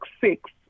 six